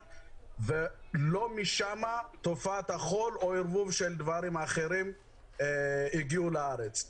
ולא משם תופעת החול או ערבוב של דברים אחרים הגיעו לארץ.